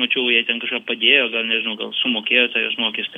mačiau jai ten kažką padėjo gal nežinau gal sumokėjo tą jos mokestį